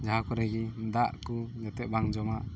ᱡᱟᱦᱟᱸ ᱠᱚᱨᱮ ᱫᱟᱜ ᱠᱚ ᱡᱟᱛᱮ ᱵᱟᱝ ᱡᱚᱢᱟᱜ